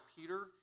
Peter